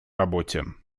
работе